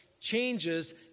changes